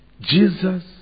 Jesus